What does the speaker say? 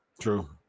True